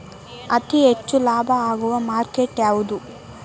ಅತಿ ಹೆಚ್ಚು ಲಾಭ ಆಗುವ ಮಾರ್ಕೆಟ್ ಯಾವುದು?